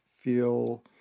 feel